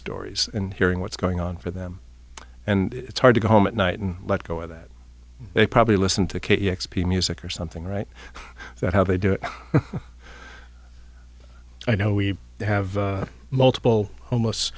stories and hearing what's going on for them and it's hard to go home at night and let go of that they probably listen to k x p music or something right that how they do it i know we have multiple homeless